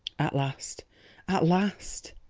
at last at last!